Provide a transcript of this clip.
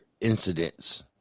incidents